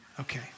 Okay